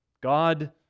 God